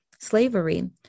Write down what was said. slavery